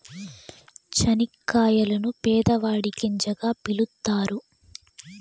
చనిక్కాయలను పేదవాడి గింజగా పిలుత్తారు